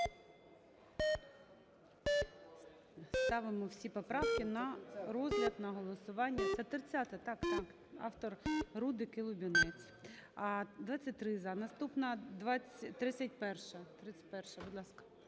Ставимо всі поправки на розгляд, на голосування. Це 30-а, так-так. Автор – Рудик і Лубінець. 16:43:57 За-23 Наступна – 31-а. 31-а, будь ласка.